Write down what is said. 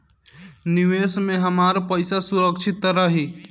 निवेश में हमार पईसा सुरक्षित त रही?